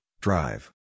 drive